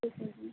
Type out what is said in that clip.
ਠੀਕ ਹੈ ਜੀ